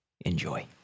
Enjoy